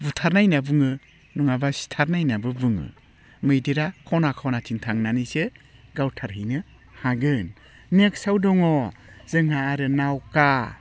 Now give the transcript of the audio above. बुथारनाय होनना बुङो नङाबा सिथारनाय होननाबो बुङो मैदेरा खना खनाथिं थांनानैसो गावथारहैनो हागोन नेक्स्टआव दङ जोंहा आरो नावखा